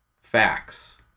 facts